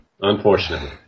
Unfortunately